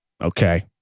Okay